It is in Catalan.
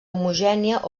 homogènia